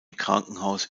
krankenhaus